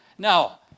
Now